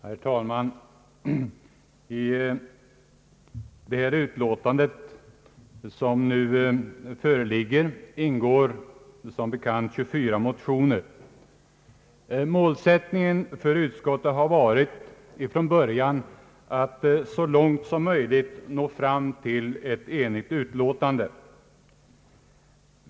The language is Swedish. Herr talman! I det föreliggande utskottsutlåtandet ingår som bekant 24 motioner. Utskottets målsättning har från början varit att så långt möjligt nå fram till ett enigt utlåtande.